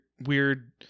weird